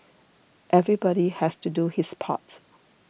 everybody has to do his part